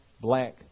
black